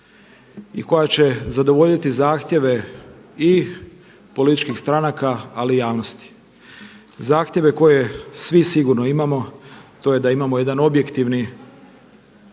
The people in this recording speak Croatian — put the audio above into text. i koja će zadovoljiti zahtjeve i političkih stranaka ali i javnosti. Zahtjeve koje svi sigurno imamo, to je da imamo jedan objektivni